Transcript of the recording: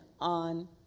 on